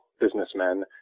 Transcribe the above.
businessmen